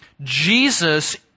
jesus